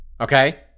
Okay